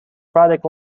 product